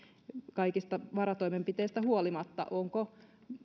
kaikista varotoimenpiteistä huolimatta onko